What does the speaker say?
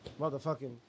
Motherfucking